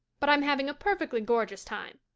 but i'm having a perfectly gorgeous time.